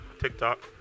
TikTok